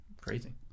crazy